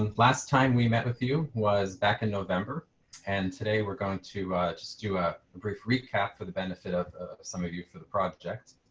um last time we met with you was back in november and today we're going to just do a brief recap for the benefit of some of you for the project.